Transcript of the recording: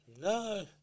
no